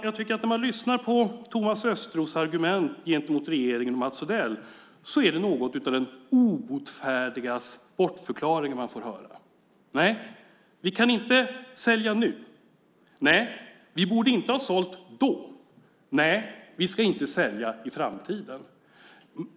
Jag tycker att det när man lyssnar på Thomas Östros argument gentemot regeringen och Mats Odell är något av den obotfärdiges bortförklaringar man får höra: Nej, vi kan inte sälja nu. Nej, vi borde inte ha sålt då. Nej, vi ska inte sälja i framtiden.